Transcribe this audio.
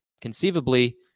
conceivably